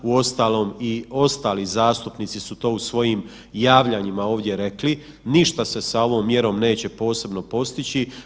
Uostalom i ostali zastupnici su to u svojim javljanjima ovdje rekli, ništa se sa ovom mjerom neće posebno postići.